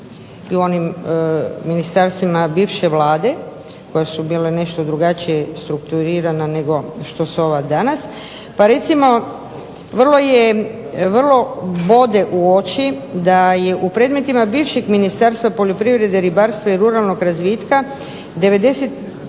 u onim ministarstvima bivše Vlade koji su bili drugačije strukturirana nego što su ova danas. Pa recimo vrlo bode u oči da je u predmetima bivšeg Ministarstva poljoprivrede, ribarstva i ruralnog razvitka 90